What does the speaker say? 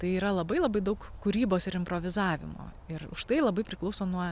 tai yra labai labai daug kūrybos ir improvizavimo ir užtai labai priklauso nuo